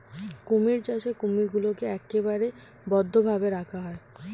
কুমির চাষে কুমিরগুলোকে একেবারে বদ্ধ ভাবে রাখা হয়